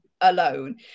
alone